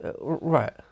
Right